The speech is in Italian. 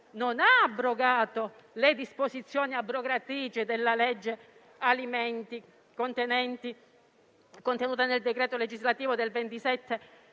non ha abrogato le disposizioni abrogative della legge alimenti contenuta nel decreto legislativo n. 27